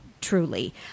truly